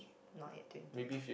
not yet twenty